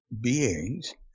beings